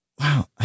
wow